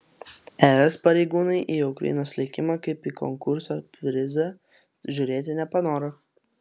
es pareigūnai į ukrainos likimą kaip į konkurso prizą žiūrėti nepanoro